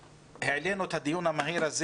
העלינו את הדיון המהיר הזה